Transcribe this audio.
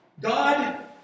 God